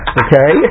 okay